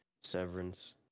Severance